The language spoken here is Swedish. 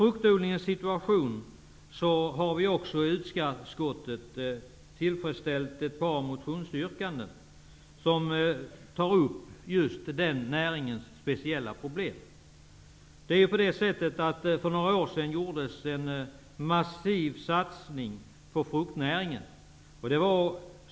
Utskottet har tillfredsställt ett par motionsyrkanden som tar upp fruktodlarnas speciella problem. För några år sedan gjordes en massiv satsning på fruktnäringen.